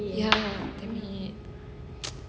ya